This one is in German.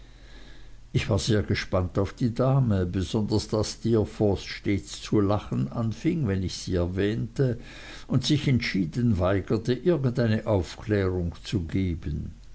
ich war sehr gespannt auf die dame besonders da steerforth stets zu lachen anfing wenn ich sie erwähnte und sich entschieden weigerte irgendeine aufklärung zu geben